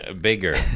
Bigger